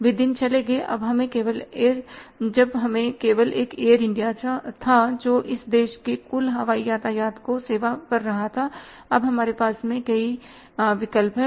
वे दिन गए जब हमने केवल एक एयर इंडिया था जो इस देश के कुल हवाई यातायात की सेवा कर रहा था अब हमारे पास कई विकल्प हैं